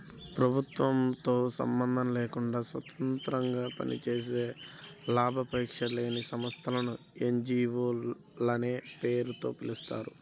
ప్రభుత్వంతో సంబంధం లేకుండా స్వతంత్రంగా పనిచేసే లాభాపేక్ష లేని సంస్థలను ఎన్.జీ.వో లనే పేరుతో పిలుస్తారు